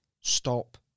stop